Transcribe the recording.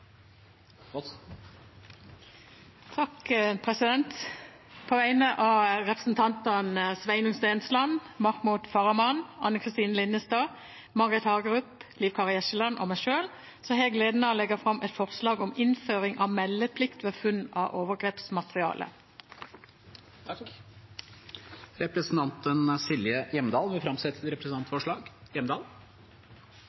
På vegne av representantene Sveinung Stensland, Mahmoud Farahmand, Anne Kristine Linnestad, Margret Hagerup, Liv Kari Eskeland og meg selv har jeg gleden av å legge fram et forslag om innføring av meldeplikt ved funn av overgrepsmateriale. Representanten Silje Hjemdal vil framsette et